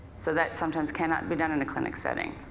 so that sometimes cannot be done in a clinic setting.